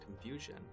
confusion